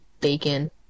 bacon